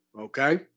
Okay